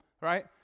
right